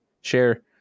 share